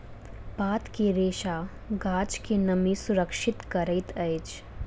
पात के रेशा गाछ के नमी सुरक्षित करैत अछि